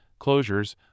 closures